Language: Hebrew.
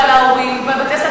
ועל ההורים ועל בתי-ספר,